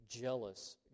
jealous